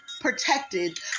protected